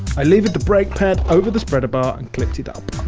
i levered the brake pad over the spreader bar and clipped it up.